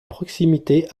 proximité